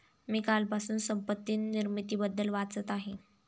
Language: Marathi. मी कालपासून संपत्ती निर्मितीबद्दल वाचत आहे